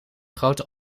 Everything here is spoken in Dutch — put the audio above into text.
grote